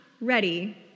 ready